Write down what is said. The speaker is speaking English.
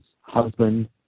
husband